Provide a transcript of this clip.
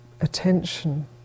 attention